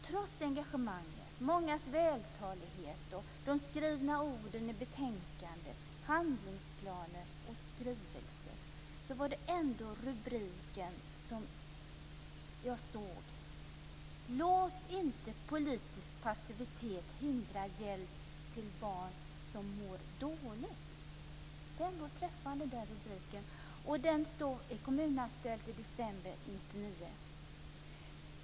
Trots engagemanget, mångas vältalighet och de skrivna orden i betänkande, handlingsplaner och skrivelser såg jag en träffande rubrik: Låt inte politisk passivitet hindra hjälp till barn som mår dåligt! Den stod i Kommun-Aktuellt i december 1999.